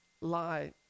lie